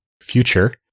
future